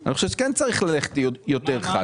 אני חושב שכן צריך ללכת יותר חד.